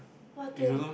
what thing